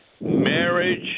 Marriage